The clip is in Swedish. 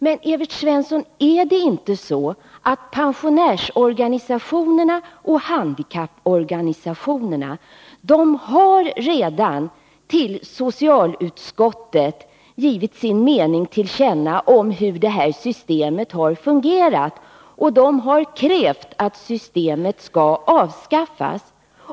Men, Evert Svensson, pensionärsorganisationerna och handikapporganisationerna har redan givit socialutskottet sin mening till känna om hur de differentierade vårdavgifterna har fungerat, och de har krävt att systemet skall avskaffas.